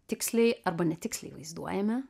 tiksliai arba netiksliai vaizduojami